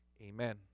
Amen